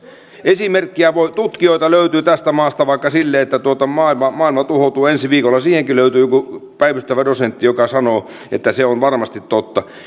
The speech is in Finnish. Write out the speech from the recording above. esimerkkejä voi tutkijoita löytyy tästä maasta vaikka sille että maailma tuhoutuu ensi viikolla siihenkin löytyy joku päivystävä dosentti joka sanoo että se on varmasti totta